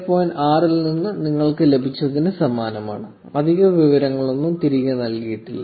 6 ൽ നിങ്ങൾക്ക് ലഭിച്ചതിന് സമാനമാണ് അധിക വിവരങ്ങളൊന്നും തിരികെ നൽകിയിട്ടില്ല